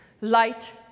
light